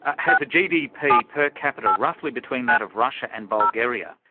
has a gdp per capita roughly between that of russia and bulgaria.